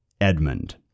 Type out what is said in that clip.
Edmund